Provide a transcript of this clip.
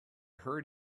heard